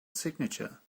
signature